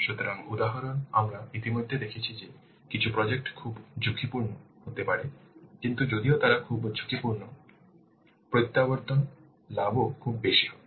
সুতরাং উদাহরণ আমরা ইতিমধ্যে দেখেছি যে কিছু প্রজেক্ট খুব ঝুঁকিপূর্ণ হতে পারে কিন্তু যদিও তারা খুব ঝুঁকিপূর্ণ প্রত্যাবর্তন লাভও খুব বেশি হবে